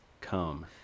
come